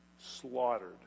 slaughtered